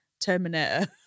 Terminator